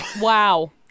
Wow